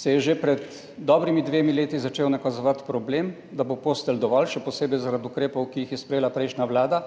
se je že pred dobrima dvema letoma začel nakazovati problem, da bo postelj dovolj, še posebej zaradi ukrepov, ki jih je sprejela prejšnja vlada.